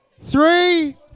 Three